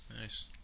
Nice